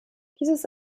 dieses